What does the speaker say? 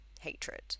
hatred